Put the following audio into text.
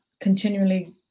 continually